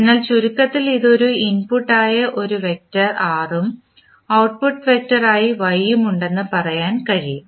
അതിനാൽ ചുരുക്കത്തിൽ ഇതിന് ഒരു ഇൻപുട്ട് ആയി ഒരു വെക്റ്റർ R ഉം ഔട്ട്പുട്ടായി വെക്റ്റർ Y ഉം ഉണ്ടെന്ന് പറയാൻ കഴിയും